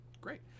Great